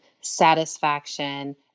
satisfaction